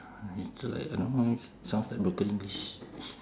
uh it's like I don't know leh sounds like broken english